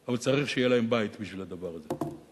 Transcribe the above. אבל צריך שיהיה להם בית בשביל הדבר הזה.